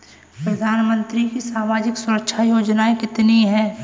प्रधानमंत्री की सामाजिक सुरक्षा योजनाएँ कितनी हैं?